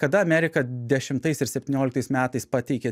kada amerika dešimtais ir septynioliktais metais pateikė